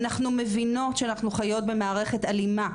אומרות שהן מבינות שהן חיות במערכת אלימה,